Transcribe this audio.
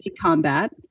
combat